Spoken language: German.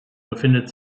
befindet